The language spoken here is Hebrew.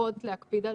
לפחות להקפיד על